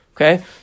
Okay